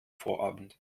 vorabend